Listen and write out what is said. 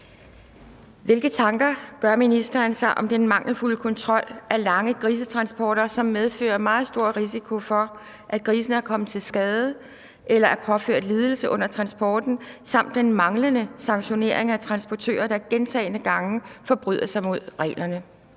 Hvilke tanker gør ministeren sig om den mangelfulde kontrol af lange grisetransporter, som medfører meget stor risiko for, at grisene er kommet til skade eller er påført lidelse under transporten, samt den manglende sanktionering af transportører, der gentagne gange forbryder sig mod reglerne?